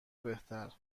بهتر